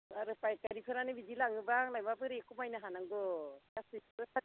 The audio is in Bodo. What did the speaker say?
आरो फायखारिफोरानो बिदि लाङोब्ला आंलाय माबोरै खमायनो हानांगौ गासैखौबो